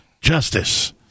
justice